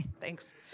Thanks